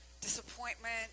Disappointment